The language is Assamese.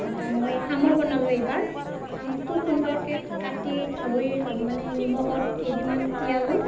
মই আমৰ বনালোঁ এইবাৰ আম খুব সুন্দৰকে কাটি ধুই মানে নিমখত কেইদিনমান তিয়ালো